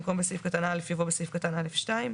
במקום "בסעיף קטן (א)" יבוא "בסעיף קטן (א2)",